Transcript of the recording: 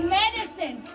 medicine